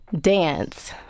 dance